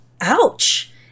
Ouch